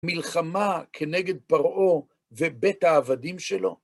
מלחמה כנגד פרעה ובית העבדים שלו.